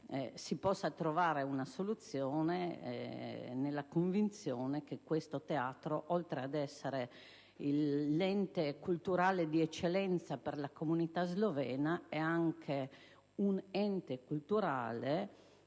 si possa trovare una soluzione, nella convinzione che questo Teatro, oltre ad essere l'ente culturale di eccellenza per la comunità slovena, è anche un ente culturale